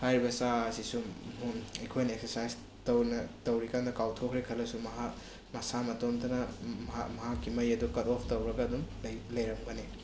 ꯍꯥꯏꯔꯤꯕ ꯆꯥ ꯑꯁꯤꯁꯨ ꯑꯩꯈꯣꯏꯅ ꯑꯦꯛꯁꯔꯁꯥꯏꯁ ꯇꯧꯅ ꯇꯧꯔꯤꯀꯥꯟꯗ ꯀꯥꯎꯊꯣꯛꯈ꯭ꯔꯦ ꯈꯜꯂꯁꯨ ꯃꯍꯥꯛ ꯃꯁꯥ ꯃꯇꯣꯝꯇꯅ ꯃꯍꯥꯛ ꯃꯍꯥꯛꯀꯤ ꯃꯩ ꯑꯗꯣ ꯀꯠ ꯑꯣꯐ ꯇꯧꯔꯒ ꯑꯗꯨꯝ ꯂꯩꯔꯝꯒꯅꯤ